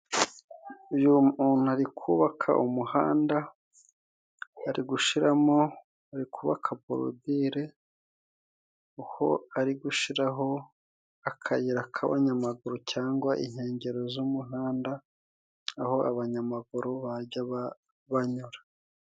Uyu muntu ari kubaka umuhanda, ari gushiramo, ari kubaka borodire ho ari gushiraho akayira k'abanyamaguru cyangwa inkengero z'umuhanda aho abanyamaguru bajya banyura.